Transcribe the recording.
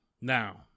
Now